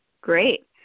Great